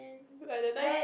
by the time